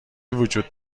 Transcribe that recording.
وجود